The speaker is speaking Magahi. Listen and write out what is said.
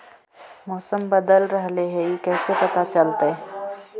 मौसम बदल रहले हे इ कैसे पता चलतै?